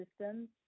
systems